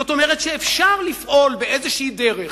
זאת אומרת שאפשר לפעול באיזושהי דרך,